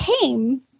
came